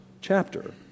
chapter